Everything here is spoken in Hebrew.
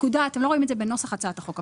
אתם לא רואים את זה בנוסח הצעת החוק,